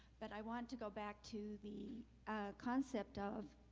but i want to go back to the concept of